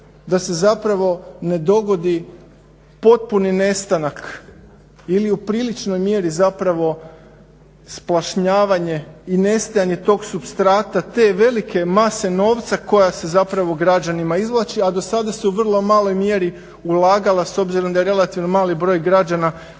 da se zapravo ne dogodi potpuni nestanak ili u priličnoj mjeri zapravo splašnjavanje i nestajanje tog supstrata, te velike mase novca koja se zapravo građanima izvlači, a do sada ste u vrlo maloj mjeri ulagala s obzirom da je relativno mali broj građana